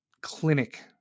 clinic